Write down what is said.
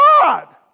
God